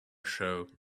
show